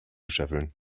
scheffeln